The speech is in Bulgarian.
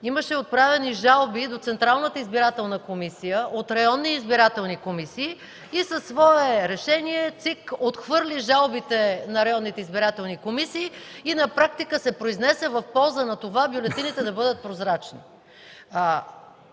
имаше отправени жалби до Централната избирателна комисия от районни избирателни комисии. Със свое решение ЦИК отхвърли жалбите на районните избирателни комисии и на практика се произнесе в полза на това бюлетините да бъдат прозрачни.